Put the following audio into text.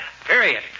period